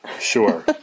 sure